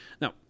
Now